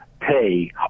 pay